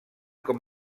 com